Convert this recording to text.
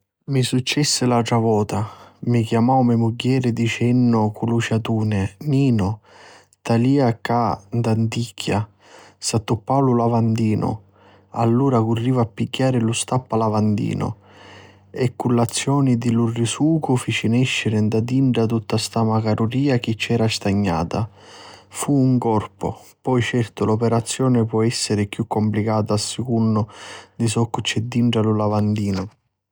Mi successi l'àutra vota, mi chiamau me mugghieri dicennuni cu lu ciatuni: Ninu, talia cca tanticchia, s'attuppau lu lavandinu!" Allura currivi a pigghiari lu stuppa lavandinu chi cu l'azioni di lu risucu fici nesciri di ddà dintra tutta la macaruria chi c'era stagnata. Fu un corpu. Poi certu l'operazioni po essiri chiù cumplicata a secunnu soccu c'è dintra lu lavandinu.